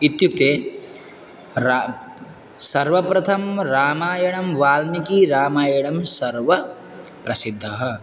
इत्युक्ते रा सर्वप्रथमं रामायणं वाल्मिकिरामायणं सर्वप्रसिद्धम्